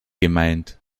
gemeint